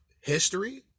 history